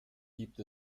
gibt